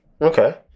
Okay